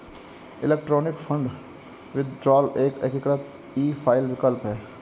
electronic fund withdrawal एक एकीकृत e file विकल्प है